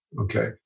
Okay